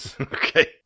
okay